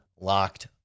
LOCKED